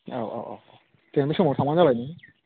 औ औ औ दे बे समाव थांबानो जाबाय नोङो